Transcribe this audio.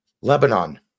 Lebanon